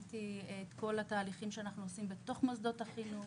את כל התהליכים שאנחנו עושים בתוך מוסדות החינוך.